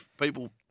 people